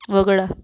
वगळा